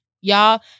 y'all